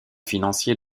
financiers